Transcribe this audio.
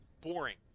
boring